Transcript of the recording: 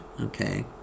Okay